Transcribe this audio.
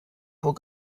vor